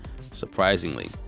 surprisingly